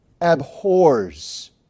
abhors